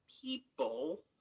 people